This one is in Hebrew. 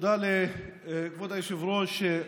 תודה לכבוד היושב-ראש.